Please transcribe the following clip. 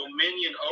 dominion